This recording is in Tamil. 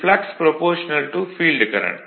இதில் ∅ ஃபீல்டு கரண்ட்